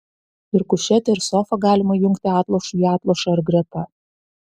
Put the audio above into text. ir kušetę ir sofą galima jungti atlošu į atlošą ar greta